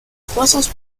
croissance